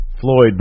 Floyd